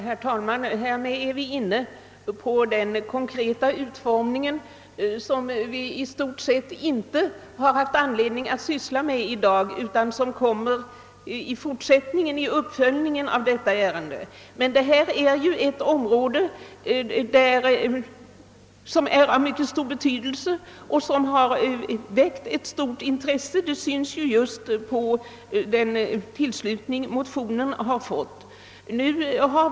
Herr talman! Härmed är vi inne på den konkreta utformningen, som vi i stort sett inte haft anledning att syssla med i dag utan som kommer upp vid uppföljningen av detta ärende. Det område som motionen avser är av mycket stor betydelse och har väckt stort intresse — det syns på den anslutning som motionen fått.